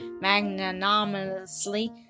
magnanimously